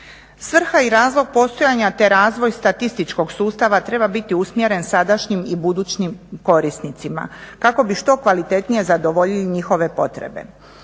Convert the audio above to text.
Svrha i razlog postojanja te razvoj statističkog sustava treba biti usmjeren sadašnjim i budućim korisnicima kako bi što kvalitetnije zadovoljili njihove potrebe.